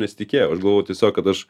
nesitikėjau aš galvojau tiesiog kad aš